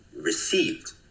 received